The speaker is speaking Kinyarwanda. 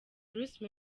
bruce